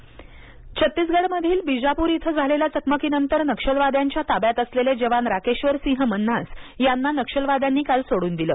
जवान छत्तीसगड मधील बीजापुर इथं झालेल्या चकमकीनंतर नक्षलवाद्यांच्या ताब्यात असलेले जवान राकेश्वर सिंह मन्हास यांना नक्षलवाद्यांनी काल सोडून दिलं